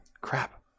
Crap